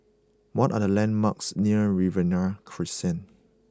what are the landmarks near Riverina Crescent